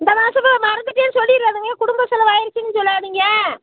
இந்த மாதமும் மறந்துவிட்டேன்னு சொல்லிடாதீங்க குடும்ப செலவு ஆகிருச்சுன்னு சொல்லாதீங்க